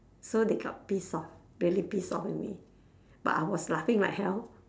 so they got pissed off really pissed off at me but I was laughing like hell